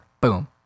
Boom